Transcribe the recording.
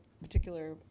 particular